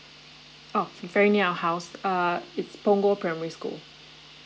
uh very near our house uh it's punggol primary school